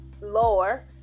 lower